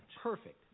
perfect